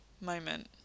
moment